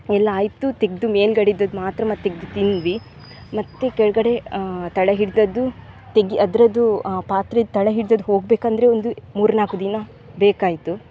ಎಲ್ಲ ಆಯುತ್ ತೆಗೆದು ಮೇಲುಗಡೆ ಇದ್ದದ್ದು ಮಾತ್ರ ನಾವು ತೆಗ್ದು ತಿಂದಿವಿ ಮತ್ತು ಕೆಳಗಡೆ ತಳ ಹಿಡಿದದ್ದು ತೆಗಿ ಅದರದ್ದು ಆ ಪಾತ್ರೆದು ತಳ ಹಿಡ್ದದ್ದು ಹೋಗಬೇಕಂದ್ರೆ ಒಂದು ಮೂರು ನಾಲ್ಕು ದಿನ ಬೇಕಾಯಿತು